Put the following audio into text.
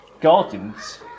Gardens